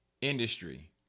industry